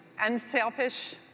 unselfish